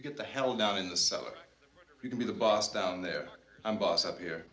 to get the hell down in the cellar you can be the boss down there i'm boss up here